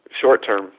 short-term